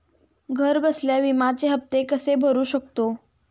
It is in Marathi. घरबसल्या विम्याचे हफ्ते कसे भरू शकतो?